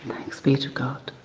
thanks be to god.